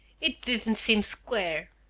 it didn't seem square.